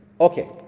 Okay